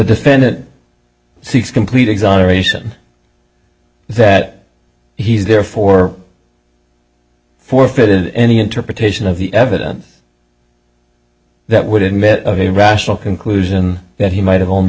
defendant seeks complete exoneration that he's therefore forfeited any interpretation of the evidence that would admit of a rational conclusion that he might have only